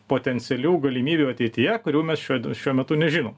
potencialių galimybių ateityje kurių mes šiuo šiuo metu nežinom